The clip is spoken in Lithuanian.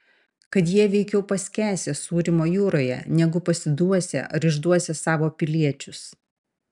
kad jie veikiau paskęsią sūrymo jūroje negu pasiduosią ar išduosią savo piliečius